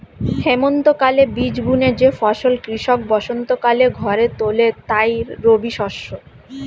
হেমন্তকালে বীজ বুনে যে ফসল কৃষক বসন্তকালে ঘরে তোলে তাই রবিশস্য